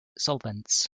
solvents